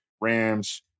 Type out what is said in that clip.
Rams